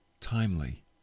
timely